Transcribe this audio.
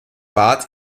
bad